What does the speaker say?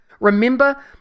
Remember